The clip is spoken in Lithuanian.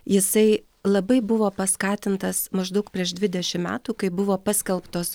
jisai labai buvo paskatintas maždaug prieš dvidešimt metų kai buvo paskelbtos